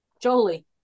Jolie